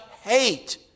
hate